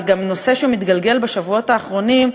וגם נושא שמתגלגל בשבועות האחרונים.